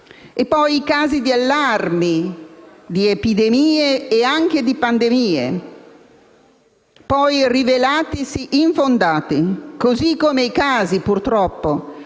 poi i casi di allarmi di epidemie e anche di pandemie, poi rivelatisi infondati, così come i casi accertati